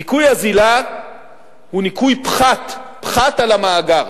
ניכוי אזילה הוא ניכוי פחת על המאגר.